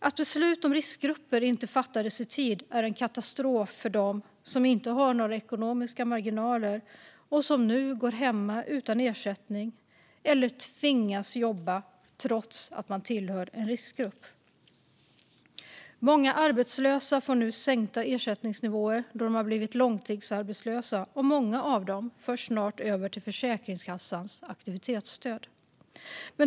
Att beslut om riskgrupper inte fattades i tid är en katastrof för dem som inte har några ekonomiska marginaler och som nu går hemma utan ersättning eller tvingas jobba trots att de tillhör en riskgrupp. Många arbetslösa får nu sänkt ersättning då de har blivit långtidsarbetslösa, och många av dem förs snart över till Försäkringskassans aktivitetsstöd.